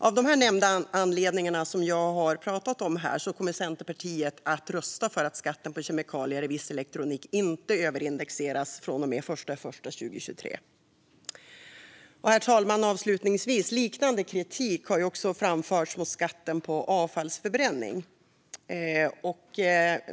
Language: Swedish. Av de här nämnda anledningarna kommer Centerpartiet att rösta för att skatten på kemikalier i viss elektronik inte ska överindexeras från och med den 1 januari 2023. Herr talman! Avslutningsvis: Liknande kritik har framförts också mot skatten på avfallsförbränning.